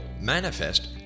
manifest